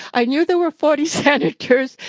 i knew there were forty senators,